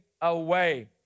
away